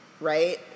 right